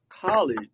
college